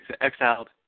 exiled